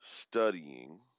studying